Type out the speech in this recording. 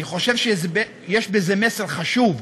אני חושב שיש בזה מסר חשוב,